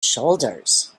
shoulders